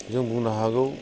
जों बुंनो हागौ